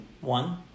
One